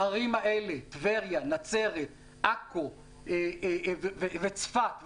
הערים האלה, טבריה, נצרת, עכו, צפת וירושלים,